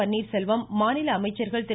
பன்னீர்செல்வம் மாநில அமைச்சர்கள் திரு